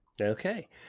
Okay